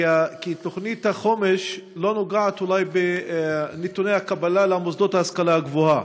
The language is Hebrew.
כי תוכנית החומש לא נוגעת אולי בנתוני הקבלה למוסדות ההשכלה הגבוהה,